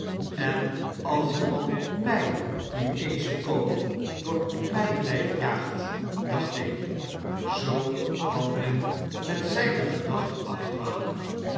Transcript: en als de man mij nu eens een kogel door myn lyf jaagt dacht ik zoo kan men met zyne gedachten afdwalen